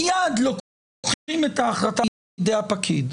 מיד לוקחים את ההחלטה מידי הפקיד,